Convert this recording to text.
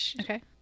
Okay